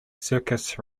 circus